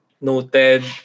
noted